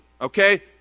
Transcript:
okay